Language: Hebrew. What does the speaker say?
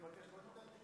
אם אני אבקש, לא תיתן לי?